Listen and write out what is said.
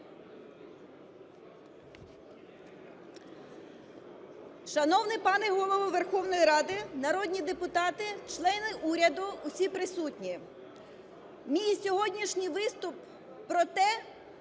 Шановний пане Голово Верховної Ради, народні депутати, члени уряду, усі присутні! Мій сьогоднішній виступ про те,